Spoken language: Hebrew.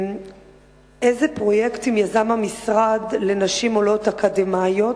3. איזה פרויקטים יזם המשרד לנשים עולות אקדמאיות,